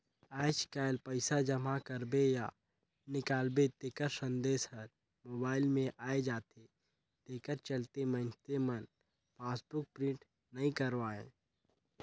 आयज कायल पइसा जमा करबे या निकालबे तेखर संदेश हर मोबइल मे आये जाथे तेखर चलते मइनसे मन पासबुक प्रिंट नइ करवायें